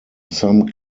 some